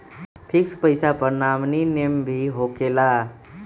Fix पईसा पर nominee name भी होकेला?